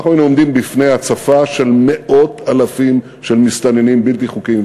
אנחנו היינו עומדים בפני הצפה של מאות אלפים של מסתננים בלתי חוקיים.